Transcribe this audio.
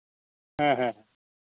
ᱦᱮᱸ ᱦᱮᱸ